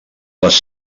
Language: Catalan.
les